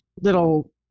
little